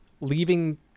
leaving